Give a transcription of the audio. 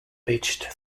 pitched